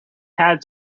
had